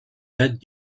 datent